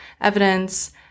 evidence